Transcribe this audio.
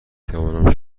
توانم